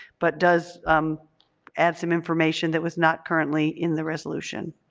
but does um add some information that was not currently in the resolution.